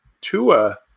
Tua